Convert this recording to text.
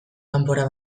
kanpora